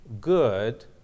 good